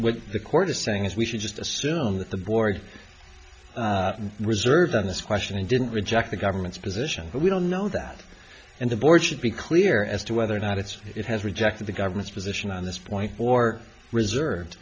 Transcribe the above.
the court is saying is we should just assume that the board reserved on this question and didn't reject the government's position but we don't know that and the board should be clear as to whether or not it's it has rejected the government's position on this point or reserved